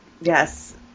Yes